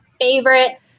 favorite